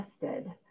tested